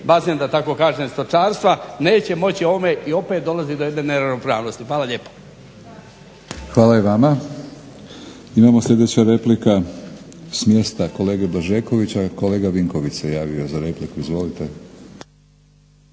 bazen, da tako kažem stočarstva, neće moći ovome i opet dolazi do jedne neravnopravnosti. Hvala lijepa. **Batinić, Milorad (HNS)** Hvala i vama. Imamo sljedeću repliku s mjesta kolege Blažekovića, kolega Vinković se javio za repliku. Izvolite.